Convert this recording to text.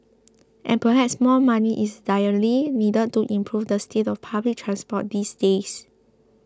and perhaps more money is direly needed to improve the state of public transport these days